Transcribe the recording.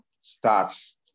starts